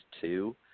two